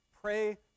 Pray